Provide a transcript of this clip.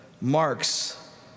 marks